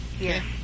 Yes